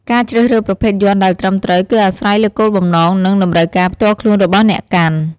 ការជ្រើសរើសប្រភេទយ័ន្តដែលត្រឹមត្រូវ គឺអាស្រ័យលើគោលបំណង និងតម្រូវការផ្ទាល់ខ្លួនរបស់អ្នកកាន់។